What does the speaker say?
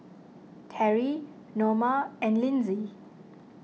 Terry Noma and Lindsey